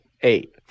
eight